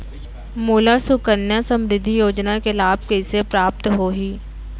मोला सुकन्या समृद्धि योजना के लाभ कइसे प्राप्त होही?